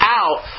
out